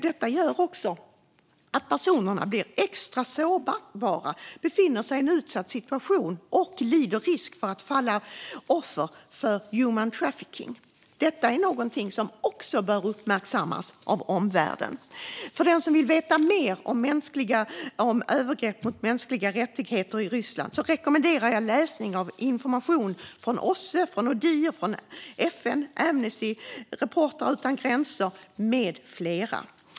Detta gör att dessa personer blir extra sårbara, befinner sig i en utsatt situation och löper risk att falla offer för human trafficking. Även detta är något som bör uppmärksammas av omvärlden. För den som vill veta mer om övergrepp mot mänskliga rättigheter i Ryssland rekommenderar jag läsning av information från OSSE, ODIHR, FN, Amnesty, Reportrar utan gränser med flera.